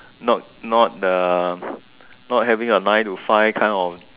not not the not having a nine to five kind of